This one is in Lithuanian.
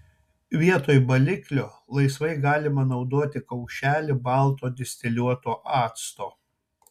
vietoj baliklio laisvai galima naudoti kaušelį balto distiliuoto acto